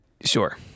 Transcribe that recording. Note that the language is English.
Sure